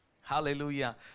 Hallelujah